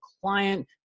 client